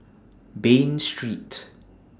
Bain Street